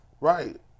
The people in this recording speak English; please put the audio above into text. Right